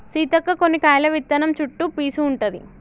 సీతక్క కొన్ని కాయల విత్తనం చుట్టు పీసు ఉంటది